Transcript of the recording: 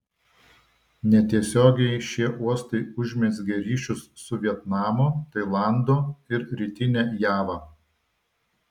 netiesiogiai šie uostai užmezgė ryšius su vietnamu tailandu ir rytine java